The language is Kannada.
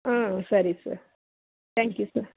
ಆಂ ಸರಿ ಸರ್ ಥ್ಯಾಂಕ್ ಯು ಸರ್